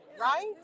Right